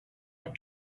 had